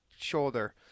shoulder